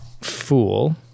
fool